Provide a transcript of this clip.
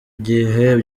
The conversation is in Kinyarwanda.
gihe